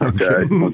Okay